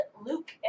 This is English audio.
Luke